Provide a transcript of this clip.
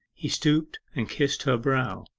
he stooped and kissed her brow.